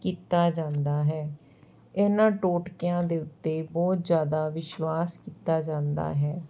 ਕੀਤਾ ਜਾਂਦਾ ਹੈ ਇਹਨਾਂ ਟੋਟਕਿਆਂ ਦੇ ਉੱਤੇ ਬਹੁਤ ਜ਼ਿਆਦਾ ਵਿਸ਼ਵਾਸ ਕੀਤਾ ਜਾਂਦਾ ਹੈ